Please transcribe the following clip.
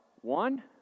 one